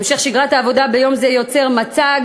המשך שגרת העבודה ביום זה יוצר מצג